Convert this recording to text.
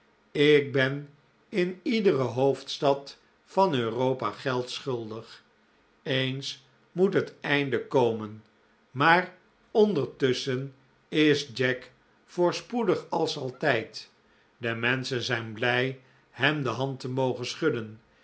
ik ben in iedere hoofdstad van europa geld schuldig eens rnoet het einde komen maar ondertusschen is jack voorspoedig als altijd de menschen zijn blij hem de hand te mogen schudden